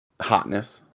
hotness